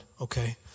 Okay